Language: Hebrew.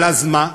אבל אז מה?